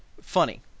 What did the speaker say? Funny